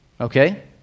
Okay